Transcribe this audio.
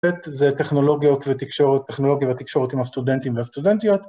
זה טכנולוגיות ותקשורת, טכנולוגיה ותקשורת עם הסטודנטים והסטודנטיות.